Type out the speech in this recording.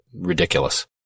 ridiculous